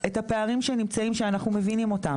הפערים שנמצאים, שאנחנו מבינים אותם.